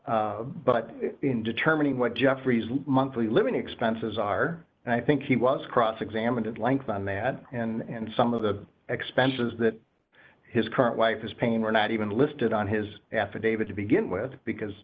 worth but in determining what jeffrey's monthly living expenses are and i think he was cross examined at length on that and some of the expenses that his current wife is paying were not even listed on his affidavit to begin with because